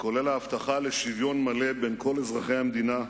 כולל ההבטחה לשוויון מלא בין כל אזרחי המדינה,